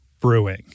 Brewing